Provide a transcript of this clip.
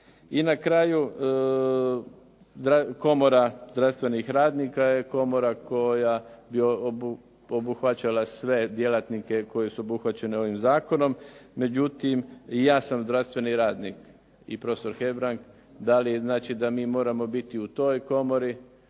I na kraju, komora zdravstvenih radnika je komora koja bi obuhvaćala sve djelatnike koji su obuhvaćeni ovim zakonom. Međutim, i ja sam zdravstveni radnik i profesor Hebrang, da li znači da mi moramo biti u toj komori